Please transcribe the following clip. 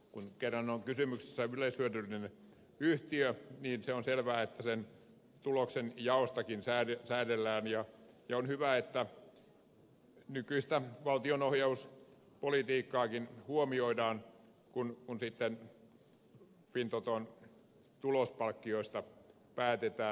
kun kerran on kysymyksessä yleishyödyllinen yhtiö se on selvää että sen tuloksen jaostakin säädellään ja on hyvä että nykyistä valtionohjauspolitiikkaakin huomioidaan kun sitten fintoton tulospalkkioista päätetään